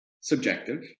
subjective